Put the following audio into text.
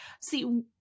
see